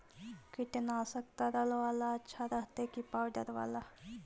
कीटनाशक तरल बाला अच्छा रहतै कि पाउडर बाला?